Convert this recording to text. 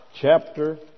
chapter